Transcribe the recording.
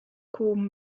corn